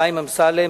חיים אמסלם,